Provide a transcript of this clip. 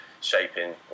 shaping